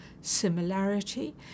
similarity